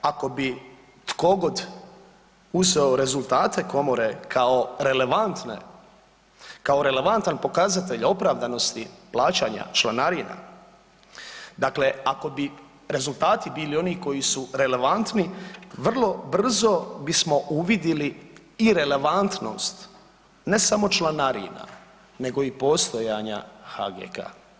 Ako bi tkogod uzeo rezultate komore kao relevantne, kao relevantan pokazatelj opravdanosti plaćanja članarina dakle ako bi rezultati bili oni koji su relevantni vrlo brzo bismo uvidili i relevantnost ne samo članarina nego i postojanja HGK.